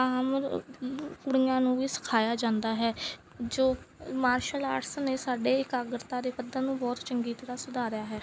ਆਮ ਕੁੜੀਆਂ ਨੂੰ ਵੀ ਸਿਖਾਇਆ ਜਾਂਦਾ ਹੈ ਜੋ ਮਾਰਸ਼ਲ ਆਰਟਸ ਨੇ ਸਾਡੇ ਇਕਾਗਰਤਾ ਦੇ ਪੱਧਰ ਨੂੰ ਬਹੁਤ ਚੰਗੀ ਤਰ੍ਹਾਂ ਸੁਧਾਰਿਆ ਹੈ